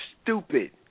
stupid